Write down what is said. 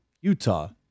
Utah